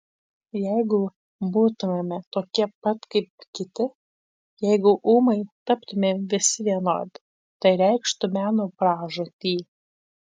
jeigu būtumėme tokie pat kaip kiti jeigu ūmai taptumėm visi vienodi tai reikštų meno pražūtį